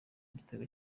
igitego